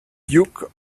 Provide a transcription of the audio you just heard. duke